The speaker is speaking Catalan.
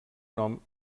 nom